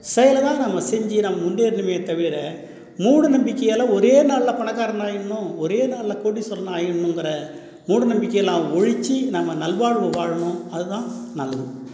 செயல தான் நம்ம செஞ்சி நம்ம முன்னேறணுமே தவிர மூட நம்பிக்கையால ஒரே நாளில் பணக்காரன் ஆயிடணும் ஒரே நாளில் கோடீஸ்வரன் ஆயிடணுங்கிற மூட நம்பிக்கைலாம் ஒழித்து நம்ம நல்வாழ்வு வாழணும் அது தான் நல்லது